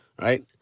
Right